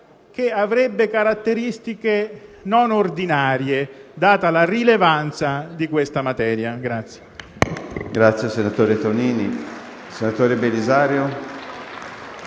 che avrebbe caratteristiche non ordinarie, data la rilevanza della materia.